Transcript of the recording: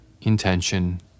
intention